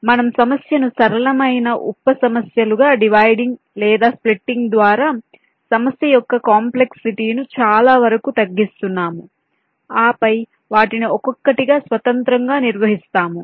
మేము సమస్యను సరళమైన ఉప సమస్యలుగా డివైడింగ్ లేదా స్ప్లిట్టింగ్ ద్వారా సమస్య యొక్క కాంప్లెక్సిటీ ను చాలా వరకు తగ్గిస్తున్నాము ఆపై వాటిని ఒక్కొక్కటిగా స్వతంత్రంగా నిర్వహిస్తాము